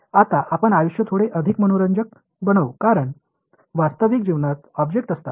आता आपण आयुष्य थोडे अधिक मनोरंजक बनवू कारण वास्तविक जीवनात ऑब्जेक्ट असतात